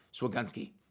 Swagunski